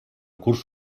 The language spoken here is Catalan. curs